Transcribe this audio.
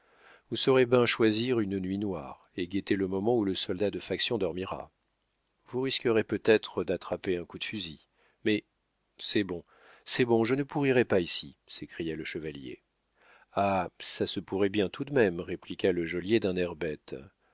vous saurez ben choisir une nuit noire et guetter le moment où le soldat de faction dormira vous risquerez peut-être d'attraper un coup de fusil mais c'est bon c'est bon je ne pourrirai pas ici s'écria le chevalier ah ça se pourrait bien tout de même répliqua le geôlier d'un air bête